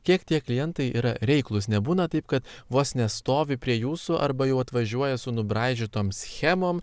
kiek tie klientai yra reiklūs nebūna taip kad vos nestovi prie jūsų arba jau atvažiuoja su nubraižytom schemom